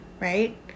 Right